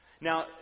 Now